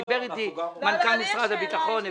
דיבר איתי מנכ"ל משרד הביטחון.